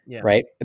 right